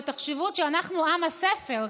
ותחשבו עוד שאנחנו עם הספר,